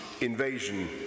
invasion